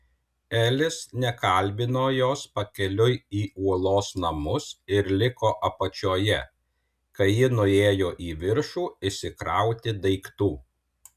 elis nekalbino jos pakeliui į uolos namus ir liko apačioje kai ji nuėjo į viršų išsikrauti daiktų